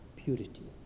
purity